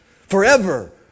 Forever